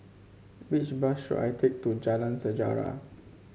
which bus should I take to Jalan Sejarah